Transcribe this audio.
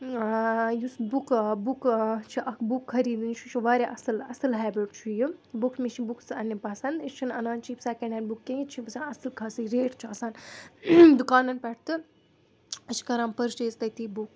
آ یُس book book چھِ اکھ بُک کھرِوٕنۍ سُہ چھِ واریاہ اَصٕل ہیبِٹ چھُ یہِ بُک مےٚ چھِ بُکُس اَننہِ پسَنٛد أسۍ چھِنہٕ اَنان چیٖپ سیکِنٛڈ ہینٛڈ بُک کِہیٖنٛۍ أسۍ چھِ آسان اَچھے خاصے رِیٹ چھُ آسان دُکانَن پؠٹھ تہٕ أسۍ چھِ کران پٔرچیز تٔتِی بُک